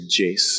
Jace